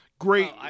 Great